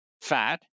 fat